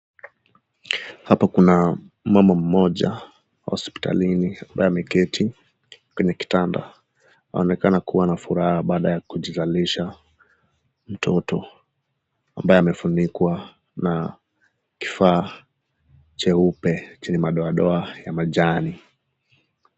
Hapa kuna mama mmoja hosiptalini ambaye ameketi kwenye kitanda. Anaonekana kuwa na furaha baada ya kujizalisha mtoto ambaye amefunikwa na kifaa cheupe chenye madoadoa ya majani.